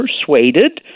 persuaded